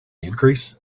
increase